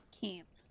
camp